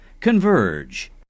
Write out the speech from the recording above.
converge